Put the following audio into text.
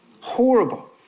Horrible